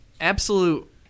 absolute